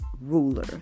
ruler